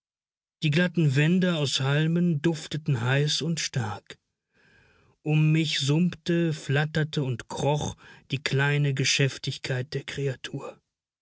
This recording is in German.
die glatten wände aus halmen dufteten heiß und stark um mich summte flatterte und kroch die kleine geschäftigkeit der kreatur